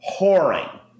whoring